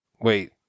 wait